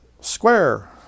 Square